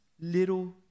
little